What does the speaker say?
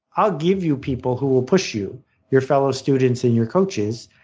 i'll give you people who will push you your fellow students and your coaches.